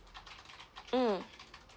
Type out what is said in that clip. mm